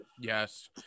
Yes